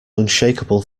unshakeable